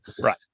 Right